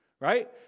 right